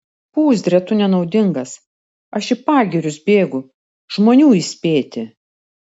pūzre tu nenaudingas aš į pagirius bėgu žmonių įspėti